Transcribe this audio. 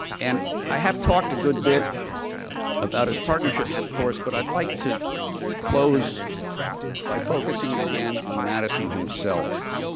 and i have talked a good bit about his partnerships of course, but i'd like to close by focusing again on madison himself.